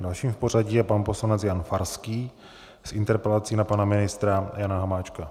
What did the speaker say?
Dalším v pořadí je pan poslanec Jan Farský s interpelací na pana ministra Jana Hamáčka.